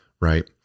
right